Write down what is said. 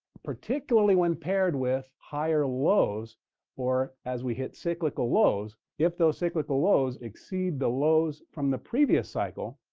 particularly when paired with higher lows or as we hit cyclical lows, if those cyclical lows exceed the lows from the previous cycle,